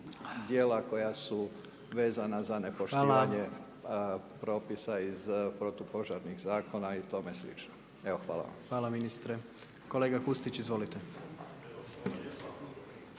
koja su vezana za nepoštivanje propisa iz protupožarnih zakona i tome slično. Evo hvala vam. **Jandroković, Gordan (HDZ)** Hvala